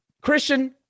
Christian